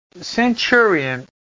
centurion